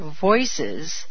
voices